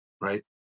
right